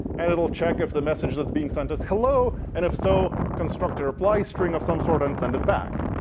and it'll check if the message that's being sent is hello. and if so, construct reply string of some sort and send it back.